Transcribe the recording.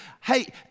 hey